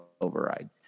override